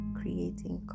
creating